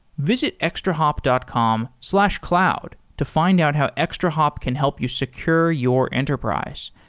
visit extrahop dot com slash cloud to find out how extrahop can help you secure your enterprise.